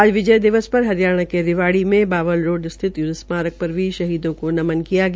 आज विजय दिवस पर हरियाणा के रिवाड़ी में बावल रोड स्थित युद्व स्मारक पर वीर शहीदों को नमन किया गया